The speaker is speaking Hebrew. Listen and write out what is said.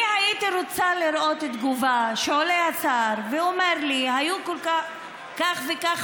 אני הייתי רוצה לראות תגובה שעולה השר ואומר לי: היו כך וכך